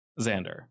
Xander